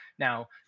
Now